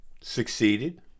succeeded